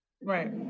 Right